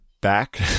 back